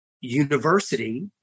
university